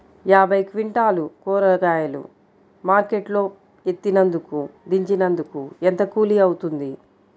యాభై క్వింటాలు కూరగాయలు మార్కెట్ లో ఎత్తినందుకు, దించినందుకు ఏంత కూలి అవుతుంది?